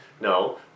No